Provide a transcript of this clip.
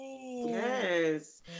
Yes